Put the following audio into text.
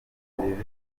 serivisi